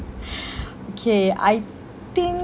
okay I think